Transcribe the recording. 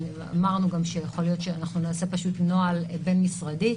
אמרנו גם שיכול להיות שנעשה נוהל בין-משרדי,